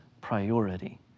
priority